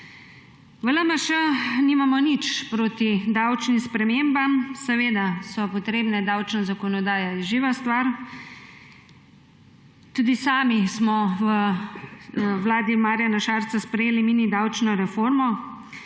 V LMŠ nimamo nič proti davčnim spremembam. Seveda so potrebne, davčna zakonodaja je živa stvar. Tudi sami smo v vladi Marjana Šarca sprejeli mini davčno reformo,